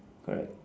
correct